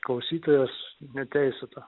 klausytojas neteisėta